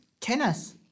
tennis